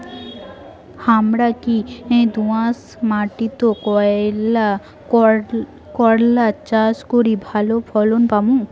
হামরা কি দোয়াস মাতিট করলা চাষ করি ভালো ফলন পামু?